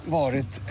varit